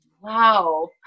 wow